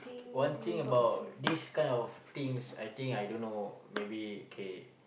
one thing about this kind of things I think I don't know maybe kay